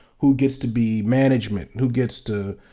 who gets to be management, who gets to,